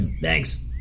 Thanks